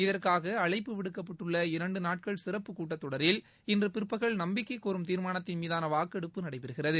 இதற்காக அழைப்பு விடுக்கப்பட்டுள்ள இரண்டு நாட்கள் சிறப்பு கூட்டத் தொடரில் இன்று பிற்பகல் நம்பிக்கை கோரும் தீர்மானத்தின் மீதான வாக்கெடுப்பு நடைபெறுகிறது